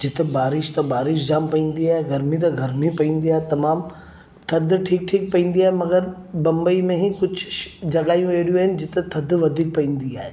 जिते बारिश त बारिश जामु पईंदी आहे गरमी त गरमी पईंदी आहे तमामु थधि ठीकु ठीकु पईंदी आहे मगरि बंबई में ई कुझु श जॻहियूं अहिड़ियूं आहिनि जिते थधि वधीक पईंदी आहे